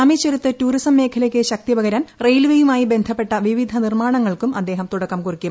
രാമേശ്വരത്ത് tourism മേഖലക്ക് ശക്തിപകരാൻ റെയിൽവേയുമായി ബന്ധപ്പെട്ട വിവിധ നിർമ്മാണങ്ങൾക്കും അദ്ദേഹം തുടക്കം കുറിക്കും